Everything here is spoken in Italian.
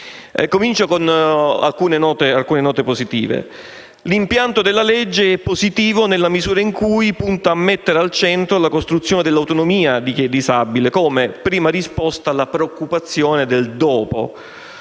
iniziare con alcune note positive. Il suo impianto è positivo nella misura in cui punta a mettere al centro la costruzione dell'autonomia di chi è disabile come prima risposta alla preoccupazione del "dopo",